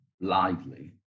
lively